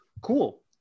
cool